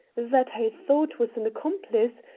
that i thought was an accomplice,